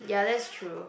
ya that's true